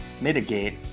mitigate